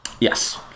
yes